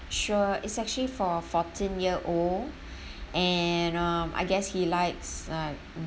sure it's actually for a fourteen year old and um I guess he likes uh